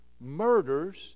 murders